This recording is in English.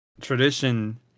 tradition